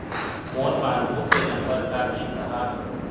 मोर passbook के नंबर का ही साहब?